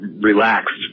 Relaxed